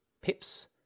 pips